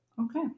Okay